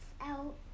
out